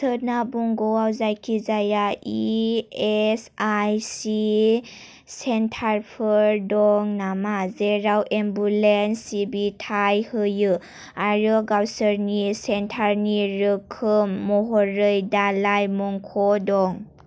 सोनाब बंगआव जायखिजाया E S I C centre for दं नामा जेराव एम्बुलेन्स सिबिथाय होयो आरो गावसोरनि सेन्टारनि रोखोम महरै दालाइ मंख' दं